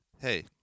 hey